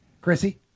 Chrissy